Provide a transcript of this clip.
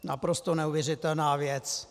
Naprosto neuvěřitelná věc.